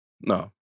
No